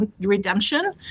redemption